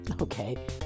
Okay